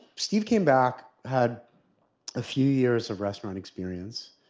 steve came back, had a few years of restaurant experience,